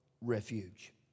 refuge